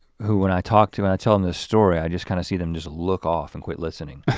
who when i talk to my telling this story, i just kind of see them just look off and quit listening